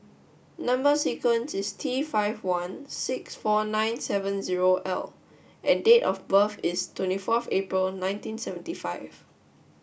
number sequence is T five one six four nine seven zero L and date of birth is twenty four April nineteen seventy five